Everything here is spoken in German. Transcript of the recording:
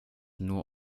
nur